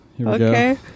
Okay